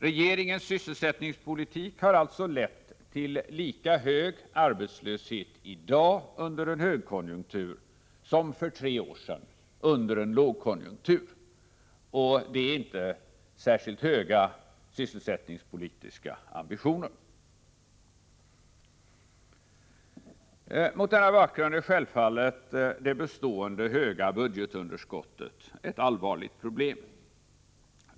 Regeringens sysselsättningspolitik har alltså lett till lika hög arbetslöshet i dag under en högkonjunktur som för tre år sedan under en lågkonjunktur. Det är ett uttryck för att man inte har särskilt höga sysselsättningspolitiska ambitioner. Mot denna bakgrund är självfallet det bestående stora budgetunderskottet ett allvarligt problem.